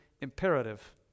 imperative